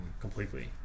completely